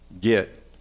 get